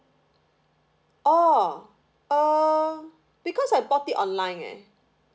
orh err because I bought it online eh